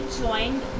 joined